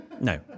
No